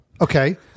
Okay